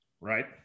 right